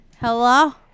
hello